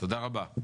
תודה רבה.